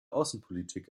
außenpolitik